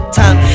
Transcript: time